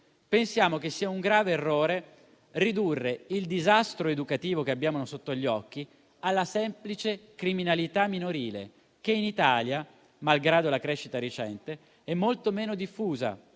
pensiamo che sia un grave errore ridurre il disastro educativo che abbiamo sotto gli occhi alla semplice criminalità minorile, che in Italia, malgrado la crescita recente, è molto meno diffusa